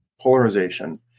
polarization